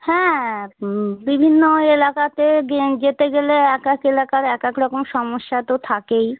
হ্যাঁ বিভিন্ন এলাকাতে যেতে গেলে এক এক এলাকার এক এক রকম সমস্যা তো থাকেই